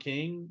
King